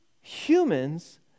humans